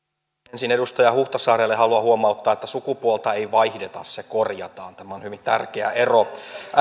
ensin edustaja huhtasaarelle haluan huomauttaa että sukupuolta ei vaihdeta se korjataan tämä on hyvin tärkeä ero